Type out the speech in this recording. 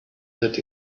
that